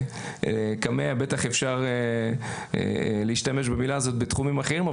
קמע בטח אפשר להשתמש במילה הזאת בתחומים אחרים,